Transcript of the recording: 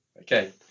Okay